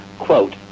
Quote